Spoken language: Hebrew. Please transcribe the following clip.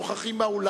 אינם נוכחים,